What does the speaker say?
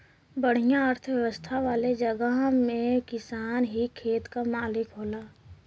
बढ़िया अर्थव्यवस्था वाले जगह में किसान ही खेत क मालिक होला